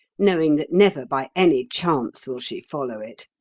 knowing that never by any chance will she follow it.